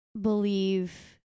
believe